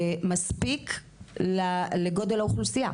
זה מספיק לגודל האוכלוסייה?